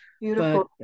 beautiful